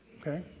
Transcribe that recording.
okay